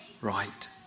right